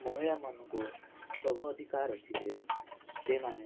ମହିଳା ମାନଙ୍କୁ ସବୁ ଅଧିକାର ଅଛି ଯେ ସେମାନେ